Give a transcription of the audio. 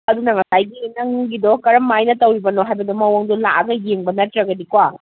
ꯑꯗꯨꯅ ꯉꯁꯥꯏꯒꯤ ꯅꯪꯒꯤꯗꯣ ꯀꯔꯝ ꯍꯥꯏꯅ ꯇꯧꯔꯤꯕꯅꯣ ꯍꯥꯏꯕꯗꯣ ꯃꯑꯣꯡꯗꯣ ꯂꯥꯛꯂꯒ ꯌꯦꯡꯕ ꯅꯠꯇ꯭ꯔꯒꯗꯤꯀꯣ